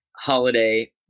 holiday